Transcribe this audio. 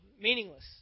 Meaningless